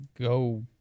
Go